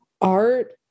art